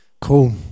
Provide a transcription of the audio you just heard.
Cool